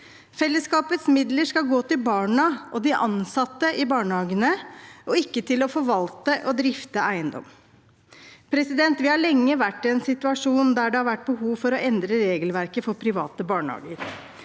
Fellesskapets midler skal gå til barna og de ansatte i barnehagene, og ikke til å forvalte og drifte eiendom. Vi har lenge vært i en situasjon der det har vært behov for å endre regelverket for private barnehager.